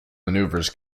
maneuvers